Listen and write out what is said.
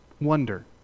wonder